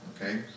Okay